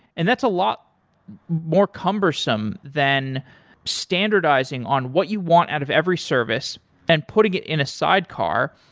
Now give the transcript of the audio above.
and that's a lot more cumbersome than standardizing on what you want out of every service and putting it in a sidecar.